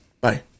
Bye